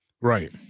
right